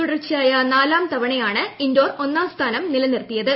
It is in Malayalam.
തുടർച്ചയായൂന്റ്ലൂം തവണയാണ് ഇൻഡോർ ഒന്നാം സ്ഥാനം നിലനിർത്തിയത്